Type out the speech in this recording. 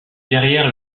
derrière